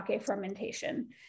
fermentation